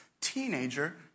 teenager